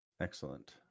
Excellent